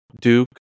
Duke